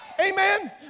amen